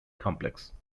complex